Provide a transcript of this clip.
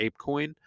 ApeCoin